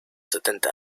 setenta